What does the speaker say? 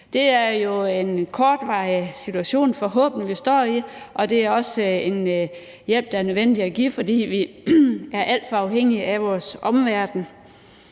Det er jo en kortvarig situation – forhåbentlig – vi står i, og det er også en hjælp, der er nødvendig at give, fordi vi er alt for afhængige af vores omverden.